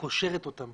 קושרת אותם